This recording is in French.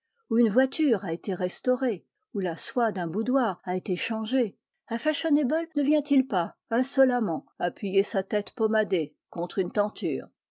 où une voiture a été restaurée où la soie d'un boudoir a été changée un fashionable ne vient-il pas insolemment appuyer sa tête pommadée sur une tenture